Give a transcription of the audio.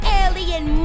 alien